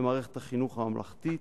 במערכת החינוך הממלכתית